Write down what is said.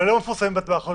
ולא מפורסמים ברשומות.